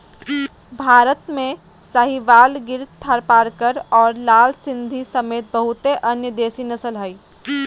भारत में साहीवाल, गिर थारपारकर और लाल सिंधी समेत बहुते अन्य देसी नस्ल हइ